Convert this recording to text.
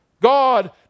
God